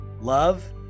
love